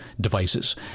Devices